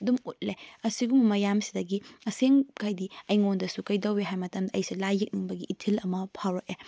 ꯑꯗꯨꯝ ꯎꯠꯂꯦ ꯑꯁꯤꯒꯨꯝꯕ ꯃꯌꯥꯝꯁꯤꯗꯒꯤ ꯑꯁꯦꯡ ꯍꯥꯏꯗꯤ ꯑꯩꯉꯣꯟꯗꯁꯨ ꯀꯔꯤ ꯇꯧꯏ ꯍꯥꯏꯕ ꯃꯇꯝꯗ ꯑꯩꯁꯦ ꯂꯥꯏ ꯌꯦꯛꯅꯤꯡꯕꯒꯤ ꯏꯊꯤꯜ ꯑꯃ ꯐꯥꯎꯔꯛꯑꯦ